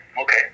okay